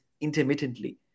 intermittently